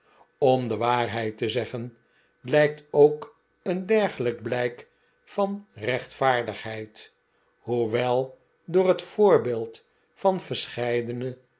om de waarheid te zeggen lijkt ook een dergelijk blijk van rechtvaardigheid hoewel door het voorbeeld van verscheidene